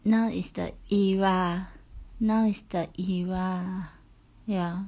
now it's the era now it's the era ya